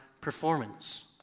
performance